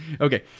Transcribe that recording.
Okay